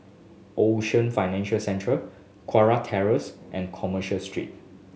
Ocean Financial Centre Kurau Terrace and Commerce Street